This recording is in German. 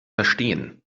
verstehen